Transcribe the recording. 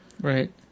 Right